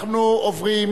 אנחנו עוברים